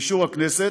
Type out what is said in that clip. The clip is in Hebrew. באישור הכנסת,